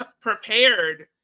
prepared